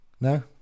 No